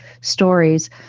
stories